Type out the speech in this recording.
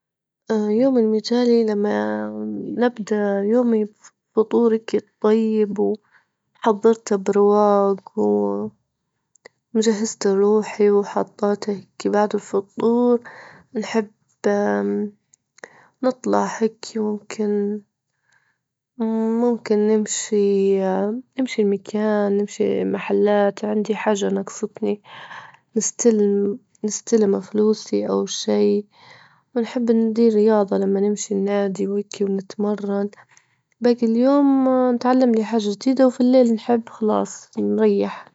اليوم المثالي لما نبدأ يومي بفطورك الطيب وحضرته برواج، و- وجهزت روحي وحطيت هيكي، بعد الفطور بنحب نطلع هيكي ممكن- ممكن نمشي- نمشي لمكان، نمشي محلات، عندي حاجة ناجصتني، نستلم- نستلم فلوسي أو شيء، ونحب ندير رياضة لما نمشي النادي وهيكي ونتمرن، باجي اليوم نتعلم لي حاجة جديدة، وفي الليل نحب خلاص نريح.